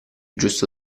giusto